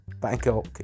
Bangkok